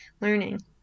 learning